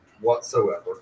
whatsoever